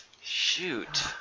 Shoot